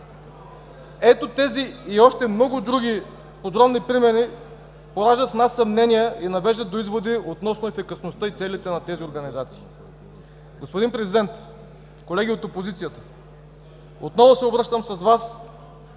Ето тези и още много други подобни примери пораждат в нас съмнения и навеждат до изводи относно ефикасността и целите на тези организации. Господин Президент! Колеги от опозицията! Отново се обръщам към Вас